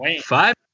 five